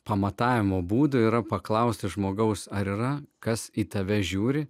pamatavimo būdų yra paklausti žmogaus ar yra kas į tave žiūri